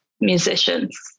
musicians